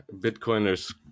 Bitcoiners